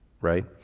right